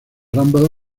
rumble